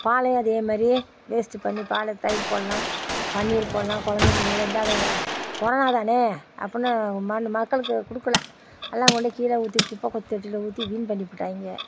பாலையும் அதே மாதிரி வேஸ்ட்டு பண்ணி பாலை தயிர் போடலாம் பன்னீர் போடலாம் குழந்தைகளுக்கு எதுவும் இல்லாத கொரோனா தானே அப்பட்னு மனு மக்களுக்கு கொடுக்கல அதுலாம் கொண்டே கீழே ஊற்றி குப்பைத் தொட்டியில் ஊற்றி வீண் பண்ணிப்புட்டாய்ங்க